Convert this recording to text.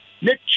Nick